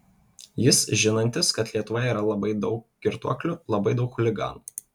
jis žinantis kad lietuvoje yra labai daug girtuoklių labai daug chuliganų